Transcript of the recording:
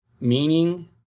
meaning